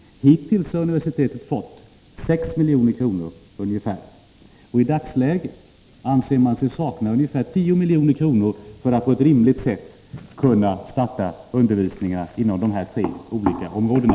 Hittills har universitetet fått ca 6 milj.kr. I dagsläget anser man sig sakna ungefär 10 milj.kr. för att på ett rimligt sätt kunna starta undervisning inom de tre aktuella områdena.